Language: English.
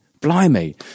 Blimey